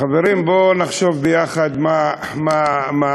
חברים, בואו נחשוב יחד מה קורה.